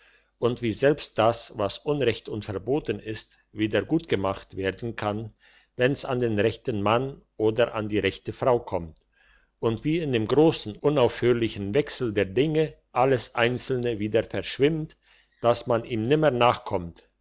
und wie selbst das was unrecht und verboten ist wieder gutgemacht werden kann wenn's an den rechten mann oder an die rechte frau kommt und wie in dem grossen unaufhörlichen wechsel der dinge alles einzelne wieder verschwimmt dass man ihm nimmer nachkommt